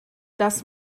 das